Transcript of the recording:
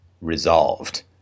resolved